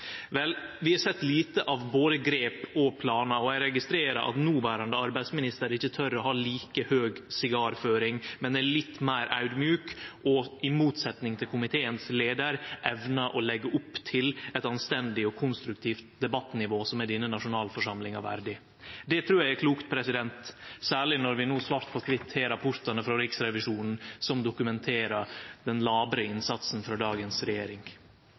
Vel, vi har sett lite av både grep og planar. Eg registrerer at den noverande arbeidsministeren ikkje tør å ha like høg sigarføring, men er litt meir audmjuk og – i motsetnad til leiaren i komiteen – evnar å leggje opp til eit anstendig og konstruktivt debattnivå som er denne nasjonalforsamlinga verdig. Det trur eg er klokt, særleg når vi no – svart på kvitt – har rapportane frå Riksrevisjonen, som dokumenterer den labre innsatsen frå dagens regjering.